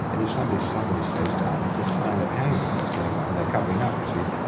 and if somebody suddenly slows down it's a sign of, hang on, what's going on, they're covering up, you see.